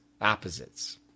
opposites